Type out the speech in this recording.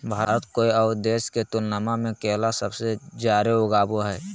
भारत कोय आउ देश के तुलनबा में केला सबसे जाड़े उगाबो हइ